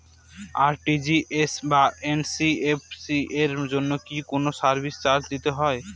RTGS বা NEFT এর জন্য কি কোনো সার্ভিস চার্জ দিতে হয়?